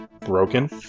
broken